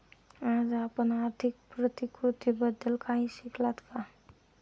आज आपण आर्थिक प्रतिकृतीबद्दल काही शिकलात का?